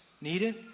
needed